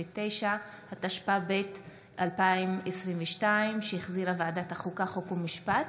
69), התשפ"ב 2022, שהחזירה ועדת החוקה, חוק ומשפט,